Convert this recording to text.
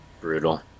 Brutal